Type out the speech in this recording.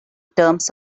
terms